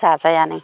जाजायानो